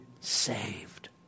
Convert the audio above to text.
saved